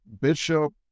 bishop